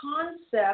concept